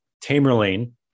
Tamerlane